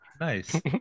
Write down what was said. nice